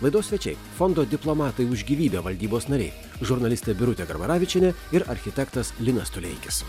laidos svečiai fondo diplomatai už gyvybę valdybos nariai žurnalistė birutė garbaravičienė ir architektas linas tuleikis